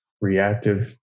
reactive